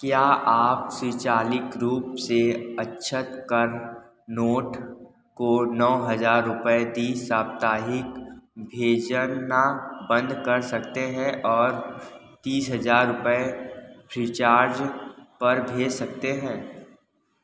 क्या आप स्वचालित रूप से अक्षत करनोट को नौ हज़ार रुपये द्वि साप्ताहिक भेजना बंद कर सकते हैं और तीस हज़ार रुपये फ़्रीचार्ज पर भेज सकते हैं